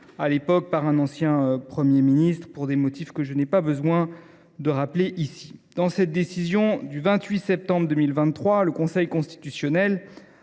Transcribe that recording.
à l’époque par un ancien Premier ministre, pour des motifs que je n’ai pas besoin de rappeler ici. Dans sa décision du 28 septembre 2023, le Conseil constitutionnel